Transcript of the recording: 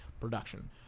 Production